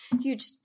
huge